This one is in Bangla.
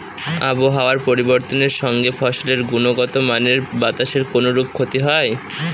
আবহাওয়ার পরিবর্তনের সঙ্গে ফসলের গুণগতমানের বাতাসের কোনরূপ ক্ষতি হয়?